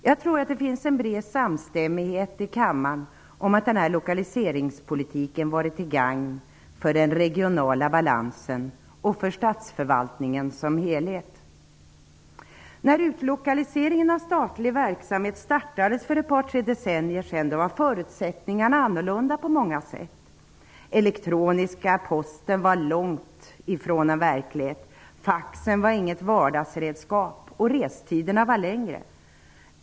Jag tror att det finns en bred samstämmighet i kammaren om att denna lokaliseringspolitik har varit till gagn för den regionala balansen och för statsförvaltningen som helhet. När utlokaliseringen av statlig verksamhet startades för ett par tre decennier sedan var förutsättningarna annorlunda på många sätt. Den elektroniska posten var långt ifrån en verklighet. Faxen var inget vardagsredskap. Restiderna var längre.